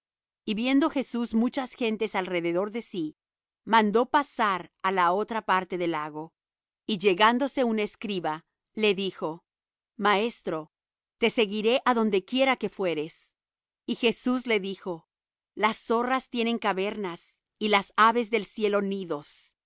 y viendo jesús muchas gentes alrededor de sí mandó pasar á la otra parte del lago y llegándose un escriba le dijo maestro te seguiré á donde quiera que fueres y jesús le dijo las zorras tienen cavernas y las aves del cielo nidos